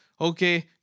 okay